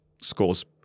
scores